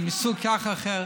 מסוג זה או אחר.